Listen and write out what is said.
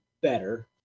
better